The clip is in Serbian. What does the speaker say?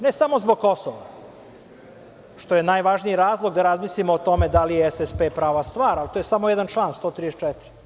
Ne samo zbog Kosova, što je najvažniji razlog da razmislimo o tome da li je SSP prava stvar, ali to je samo jedan član 134.